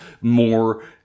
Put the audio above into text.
more